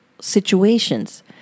situations